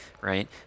right